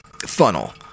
funnel